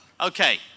Okay